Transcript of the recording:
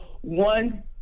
one